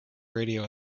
radio